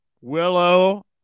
Willow